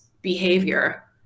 behavior